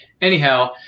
Anyhow